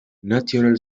national